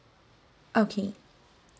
okay